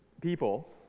people